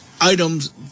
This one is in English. items